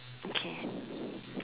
okay